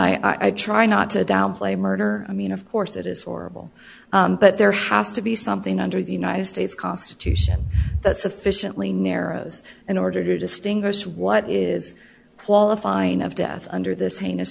i try not to downplay murder i mean of course it is horrible but there has to be something under the united states constitution that sufficiently narrows in order to distinguish what is qualifying of death under this heinous